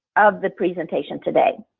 of the presentation today.